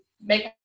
make